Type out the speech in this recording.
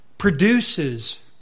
Produces